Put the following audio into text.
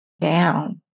down